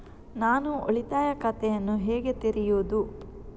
ನಾನು ಉಳಿತಾಯ ಖಾತೆಯನ್ನು ಹೇಗೆ ತೆರೆಯುದು?